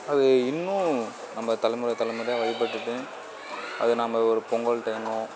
அது இன்னும் நம்ம தலைமுறை தலைமுறையா வழிப்பட்டுகிட்டு அதை நம்ம ஒரு பொங்கல் டைமோ